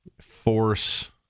force